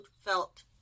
felt